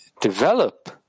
develop